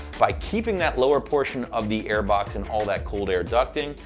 by keeping that lower portion of the air box and all that cold air ducting,